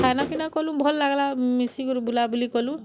ଖାନାପିନା କଲୁ ଭଲ୍ ଲାଗ୍ଲା ମିଶିକରି ବୁଲାବୁଲି କଲୁ